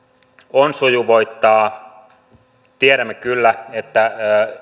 on sujuvoittaa tiedämme kyllä että